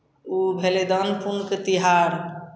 ओ भेलै दान पुण्यके तिहार